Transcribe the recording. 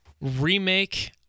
remake